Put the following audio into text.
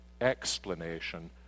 explanation